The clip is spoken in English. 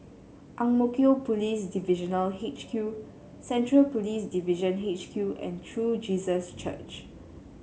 Ang Mo Kio Police Divisional H Q Central Police Division H Q and True Jesus Church